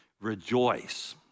rejoice